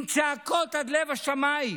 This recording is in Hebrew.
בצעקות עד לב השמיים,